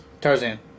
Tarzan